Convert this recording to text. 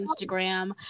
Instagram